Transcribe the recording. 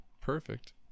Perfect